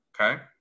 Okay